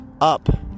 up